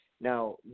Now